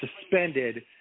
suspended